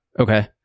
Okay